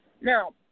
Now